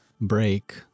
Break